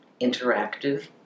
interactive